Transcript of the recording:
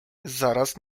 zaraz